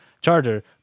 charger